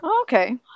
Okay